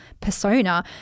persona